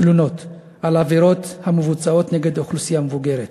תלונות על עבירות המבוצעות נגד אוכלוסייה מבוגרת.